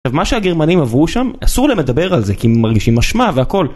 מה שהגרמנים עברו שם אסור להם לדבר על זה כי מרגישים אשמה והכל.